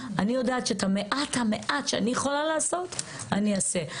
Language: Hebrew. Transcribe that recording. אני יודעת שאת המעט המעט שאני יכולה לעשות אני אעשה.